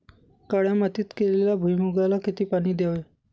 काळ्या मातीत केलेल्या भुईमूगाला किती पाणी द्यावे?